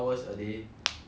cannot cannot take it